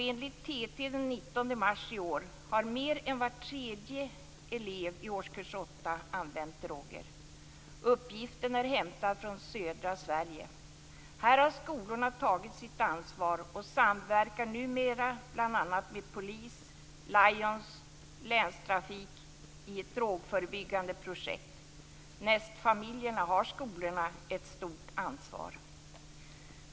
Enligt TT den 19 mars i år har mer än var tredje elev i årskurs 8 använt droger. Uppgiften är hämtad från södra Sverige. Här har skolorna tagit sitt ansvar och samverkar numera med bl.a. polisen, Lions och länstrafiken i ett drogförebyggande projekt. Näst familjen har skolorna ett stort ansvar.